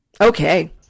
Okay